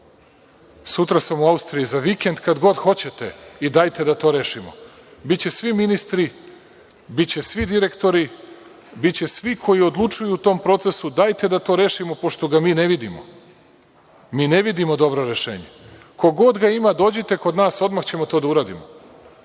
sutra sam u Austriji, za vikend, kad god hoćete i dajte da to rešimo. Biće svi ministri, biće svi direktori, biće svi koji odlučuju o tom procesu. Dajte da to rešimo pošto ga mi ne vidimo, mi ne vidimo dobro rešenje. Ko god ga ima, dođite kod nas, odmah ćemo to da uradimo,